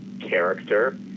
character